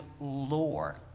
lore